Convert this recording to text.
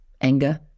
anger